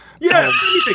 Yes